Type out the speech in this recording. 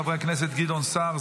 חבר הכנסת גדעון סער,